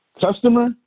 Customer